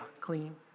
clean